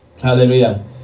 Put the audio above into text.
Hallelujah